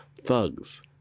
thugs